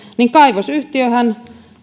niin kaivosyhtiöhän